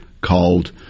called